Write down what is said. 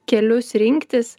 kelius rinktis